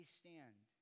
stand